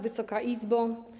Wysoka Izbo!